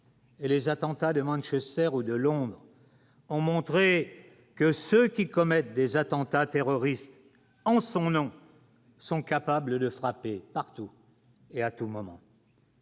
Les attentats de Manchester ou de Londres ont montré que ceux qui commettent des attentats terroristes en son nom, sont capables de frapper partout et à tout moment.